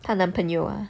她男朋友啊